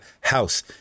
House